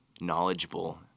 knowledgeable